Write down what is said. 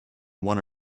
one